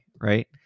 right